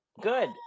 good